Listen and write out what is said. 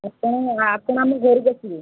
ଆପଣ ଆପଣ ଆମ ଘରକୁ ଆସିବେ